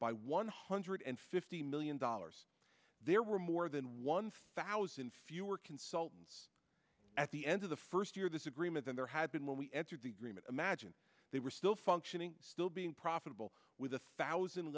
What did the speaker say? by one hundred and fifty million dollars there were more than one thousand fewer consultants at the end of the first year of this agreement than there had been when we entered the room and imagine they were still functioning still being profitable with a thousand